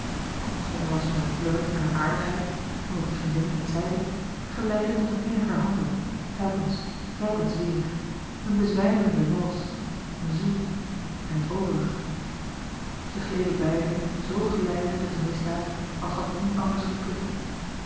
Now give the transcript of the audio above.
wat begonnen was met een flirt en een aardigheid omdat de vriendinnen het zeiden geleidde tot een inniger handdruk telkens telkens weêr een bezwijmelenden wals een zoen en het overige zij gleden beiden zoo geleidelijk tot de misdaad als had het niet anders gekund